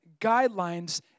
guidelines